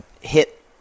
hit